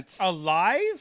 Alive